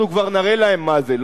אנחנו כבר נראה להם מה זה,